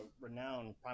renowned